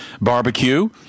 barbecue